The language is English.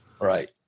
Right